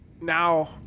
Now